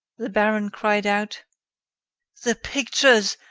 the baron cried out the pictures!